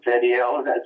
video